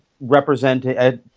representing